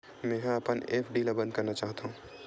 मेंहा अपन एफ.डी ला बंद करना चाहहु